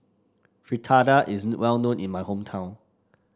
fritada is well known in my hometown